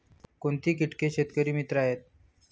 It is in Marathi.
कोणती किटके शेतकरी मित्र आहेत?